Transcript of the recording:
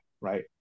right